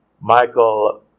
Michael